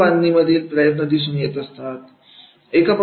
संघबांधणीमधील प्रयत्न दिसून येत असतात